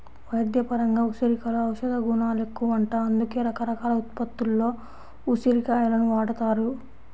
వైద్యపరంగా ఉసిరికలో ఔషధగుణాలెక్కువంట, అందుకే రకరకాల ఉత్పత్తుల్లో ఉసిరి కాయలను వాడతారు